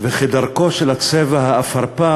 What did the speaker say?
וכדרכו של הצבע האפרפר